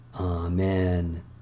Amen